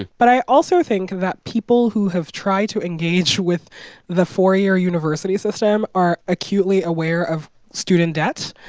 but i also think that people who have tried to engage with the four-year university system are acutely aware of student debt.